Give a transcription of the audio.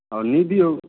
और नीम भी होगी